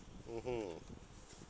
mmhmm